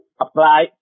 apply